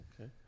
Okay